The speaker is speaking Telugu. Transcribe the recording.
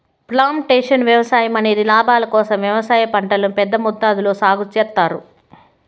ప్లాంటేషన్ వ్యవసాయం అనేది లాభాల కోసం వ్యవసాయ పంటలను పెద్ద మొత్తంలో సాగు చేత్తారు